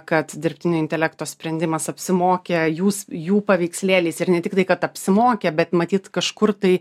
kad dirbtinio intelekto sprendimas apsimokę jūs jų paveikslėliais ir ne tik tai kad apsimokę bet matyt kažkur tai